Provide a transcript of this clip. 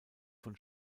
von